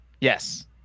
Yes